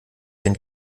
den